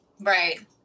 Right